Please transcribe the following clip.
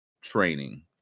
Training